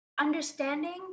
understanding